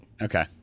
Okay